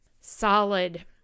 solid